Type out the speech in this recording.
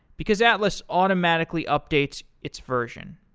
because atlas automatically updates its version.